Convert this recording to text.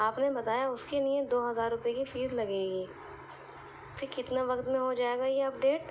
آپ نے بتایا اس کے لیے دوہزار روپے کی فیس لگے گی پھر کتنا وقت میں ہوجائے گا یہ اپڈیٹ